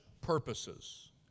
purposes